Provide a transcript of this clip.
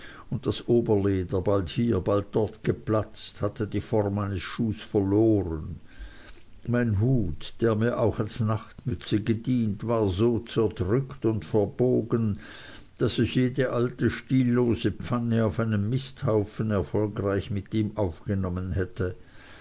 und das oberleder bald hier bald dort geplatzt hatte die form eines schuhes verloren mein hut der mir auch als nachtmütze gedient war so zerdrückt und verbogen daß es jede alte stillose pfanne auf einem misthaufen erfolgreich mit ihm aufgenommen hätte